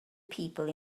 people